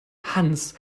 hans